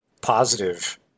positive